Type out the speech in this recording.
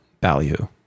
value